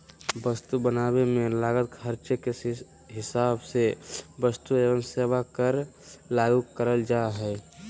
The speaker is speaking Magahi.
वस्तु बनावे मे लागल खर्चे के हिसाब से वस्तु एवं सेवा कर लागू करल जा हय